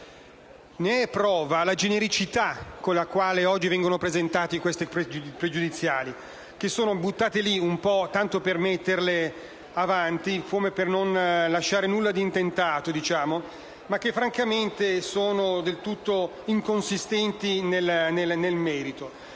ne è prova la genericità con la quale oggi vengono presentate tali questioni pregiudiziali, buttate lì tanto per metterle avanti, come per non lasciare nulla di intentato, anche se, francamente, sono del tutto inconsistenti nel merito.